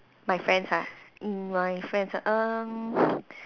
my friends ah err my friends ah um